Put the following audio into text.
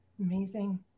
amazing